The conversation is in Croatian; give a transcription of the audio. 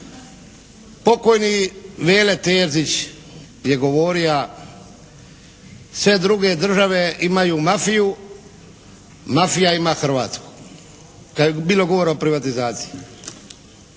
Pokojni Mile Terzić je govorio sve druge države imaju mafiju, mafija ima Hrvatsku kad je bilo govora o privatizaciji.